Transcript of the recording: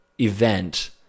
event